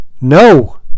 No